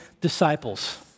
disciples